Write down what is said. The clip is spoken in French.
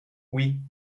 oui